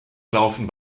laufen